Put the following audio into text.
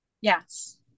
Yes